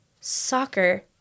soccer